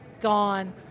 Gone